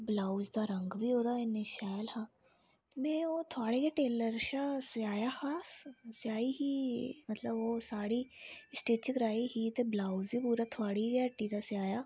blouse दा रंग बी ओह्दा इन्ना शैल हा मै ओह् थुआढ़े गै टेलर कशा सेआया हा सेयाई ही मतलब ओह् साड़ी स्टिच कराई ही ते ब्लाउज बी पूरा थुआढ़ी गै हट्टी दा सेआया